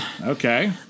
Okay